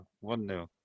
One-nil